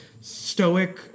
stoic